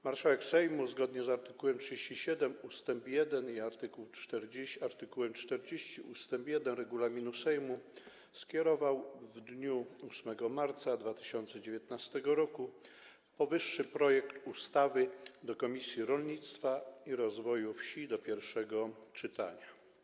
Marszałek Sejmu zgodnie z art. 37 ust. 1 i art. 40 ust. 1 regulaminu Sejmu skierował w dniu 8 marca 2019 r. powyższy projekt ustawy do Komisji Rolnictwa i Rozwoju Wsi do pierwszego czytania.